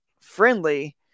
friendly